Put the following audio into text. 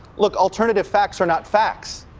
look, alternative facts are not facts.